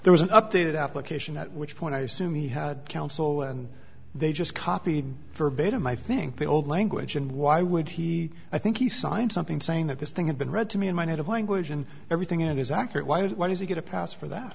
there was an updated application at which point i assume he had counsel and they just copied verbatim i think the old language and why would he i think he signed something saying that this thing had been read to me in my native language and everything in it is accurate why don't you get a pass for that